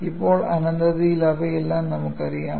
ഇപ്പോൾ അനന്തതയിൽ അവയെല്ലാം നമുക്കറിയാം